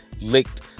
licked